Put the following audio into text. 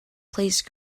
please